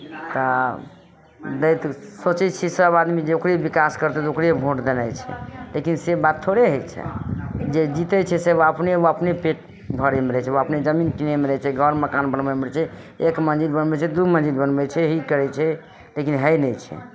तऽ दैत सोचै छियै सभआदमी जे ओकरे विकास करतै तऽ ओकरे भोट देनाइ छै लेकिन से बात थोड़े होइ छै जे जीतै छै से ओ अपने ओ अपने पेट भरयमे रहै छै ओ अपने जमीन कीनयमे रहै छै घर मकान बनबैमे रहै छै एक मञ्जिल बनबै छै दू मञ्जिल बनबै छै हे ई करै छै लेकिन होइ नहि छै